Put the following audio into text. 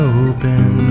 open